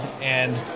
and-